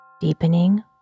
deepening